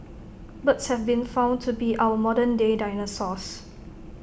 birds have been found to be our modern day dinosaurs